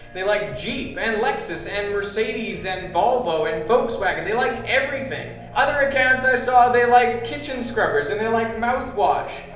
they liked jeep and lexus and mercedes and volvo and volkswagon. they like everything. other accounts i saw, they liked kitchen scrubbers and they liked mouthwash.